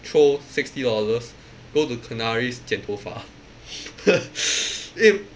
throw sixty dollars go to Kenaris 剪头发 eh